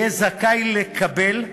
יהיה זכאי לקבל.